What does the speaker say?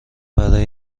برای